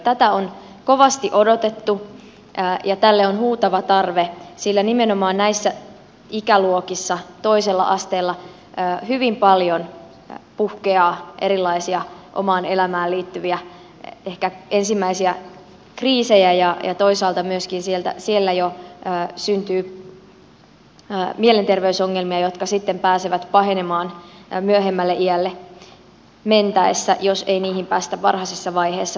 tätä on kovasti odotettu ja tälle on huutava tarve sillä nimenomaan näissä ikäluokissa toisella asteella hyvin paljon puhkeaa erilaisia omaan elämään liittyviä ehkä ensimmäisiä kriisejä ja toisaalta myöskin siellä jo syntyy mielenterveysongelmia jotka sitten pääsevät pahenemaan myöhemmälle iälle mentäessä jos ei niihin päästä varhaisessa vaiheessa puuttumaan